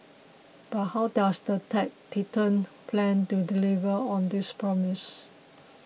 but how does the tech titan plan to deliver on this promise